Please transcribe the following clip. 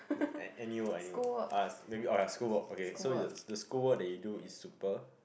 any work ah any work ah uh maybe oh ya school work okay so you the school work that you do is super